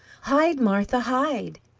hide, martha, hide!